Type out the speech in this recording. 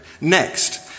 Next